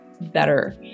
better